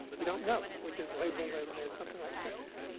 we don't know. we just label them as something like sepsis.